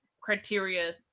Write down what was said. criteria